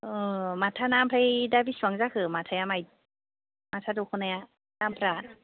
माथाना ओमफ्राय दा बिसिबां जाखो माथाया माय माथा दख'नाया दामफ्रा